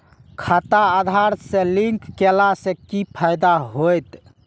खाता आधार से लिंक केला से कि फायदा होयत?